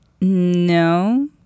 No